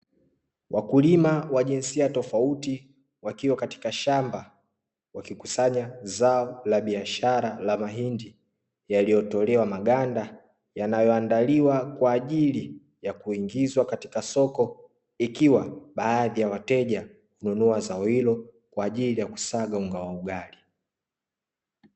Wakulima wa jinsia tofauti wakiwa katika shamba wakikusanya zao la biashara la mahindi yaliyotolewa maganda, yanayoandaliwa kwa ajili ya kuingizwa katika soko ikiwa baadhi ya wateja hununua zao hilo kwa ajili ya kusaga unga wa ugali.